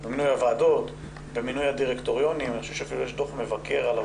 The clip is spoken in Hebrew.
בחובת הדיווח שזה יפורסם וכולם יראו ויוכלו לבקר את זה,